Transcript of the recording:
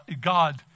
God